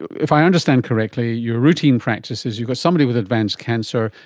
if i understand correctly, your routine practice is you've got somebody with advanced cancer,